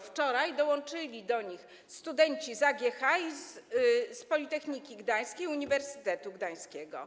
Wczoraj dołączyli do nich studenci z AGH, Politechniki Gdańskiej i Uniwersytetu Gdańskiego.